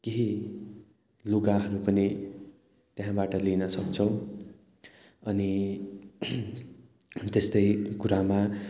केही लुगाहरू पनि त्यहाँबाट लिनसक्छौँ अनि त्यस्तै कुरामा